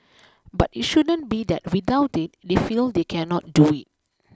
but it shouldn't be that without it they feel they cannot do it